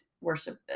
worship